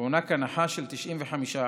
תוענק הנחה של 95%